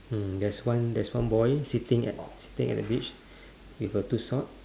hmm there's one there's one boy sitting at sitting at the beach with a two sock